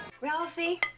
Ralphie